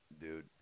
Dude